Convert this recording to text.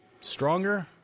stronger